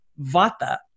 vata